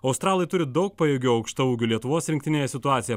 australai turi daug pajėgių aukštaūgių lietuvos rinktinėje situacija